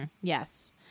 Yes